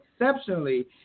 exceptionally